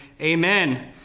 Amen